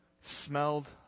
smelled